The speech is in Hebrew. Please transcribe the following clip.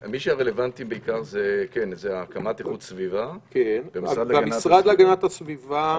מי שרלוונטיים בעיקר הם קמ"ט איכות הסביבה במשרד להגנת הסביבה,